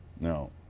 No